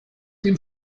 dem